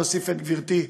להוסיף את גברתי.